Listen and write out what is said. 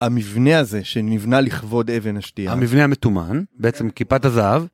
המבנה הזה שנבנה לכבוד אבן אשתי המבנה המתומן בעצם כיפת הזהב.